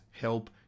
help